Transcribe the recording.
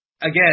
Again